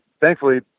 thankfully